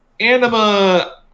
anima